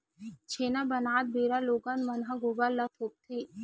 छेना बनात बेरा लोगन मन ह गोबर ल थोपथे